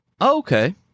Okay